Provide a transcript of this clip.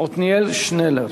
עתניאל שנלר.